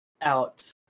out